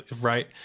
right